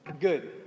good